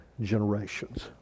generations